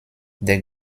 der